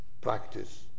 practice